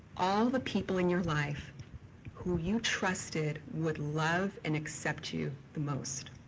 all the people in your life who you trusted with love and accept you the most.